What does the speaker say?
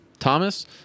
Thomas